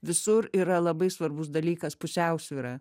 visur yra labai svarbus dalykas pusiausvyra